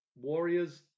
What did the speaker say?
warriors